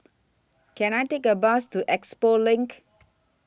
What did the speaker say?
Can I Take A Bus to Expo LINK